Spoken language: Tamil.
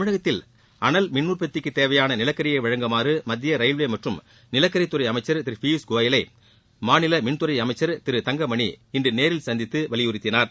தமிழகத்தில் அனல் மின் உற்பத்திக்கு தேவையான நிலக்கரியை வழங்குமாறு மத்திய ரயில்வே மற்றும் ப்பு நிலக்கரித்துறை அமைச்சர் திரு பியூஷ் கோயலை மாநில மின்துறை அமைச்சர் திரு தங்கமணி இன்று நேரில் சந்தித்து வலியுறுத்தினார்